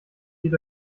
geht